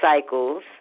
cycles